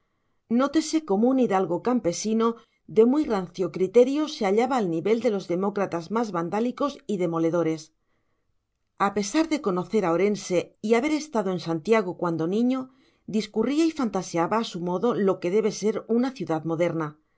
los pazos nótese cómo un hidalgo campesino de muy rancio criterio se hallaba al nivel de los demócratas más vandálicos y demoledores a pesar de conocer a orense y haber estado en santiago cuando niño discurría y fantaseaba a su modo lo que debe ser una ciudad moderna